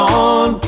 on